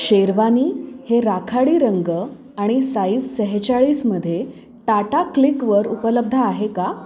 शेरवानी हे राखाडी रंग आणि साईज सहेचाळीसमध्ये टाटा क्लिकवर उपलब्ध आहे का